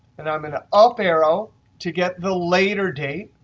and i'm going to up arrow to get the later date,